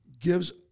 gives